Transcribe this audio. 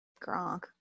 Gronk